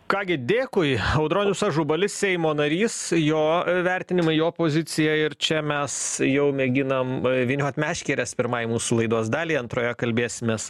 ką gi dėkui audronius ažubalis seimo narys jo vertinimai jo opozicija ir čia mes jau mėginam vyniot meškeres pirmai mūsų laidos daliai antroje kalbėsimės